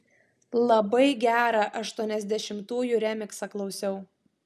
labai gerą aštuoniasdešimtųjų remiksą klausiau